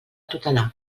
tutelar